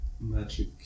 magic